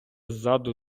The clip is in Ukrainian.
ззаду